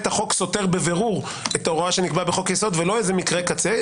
החוק סותר בבירור את ההוראה שנקבעה בחוק יסוד ולא מקרה קצה.